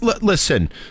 listen